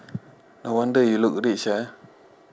no wonder you look rich ah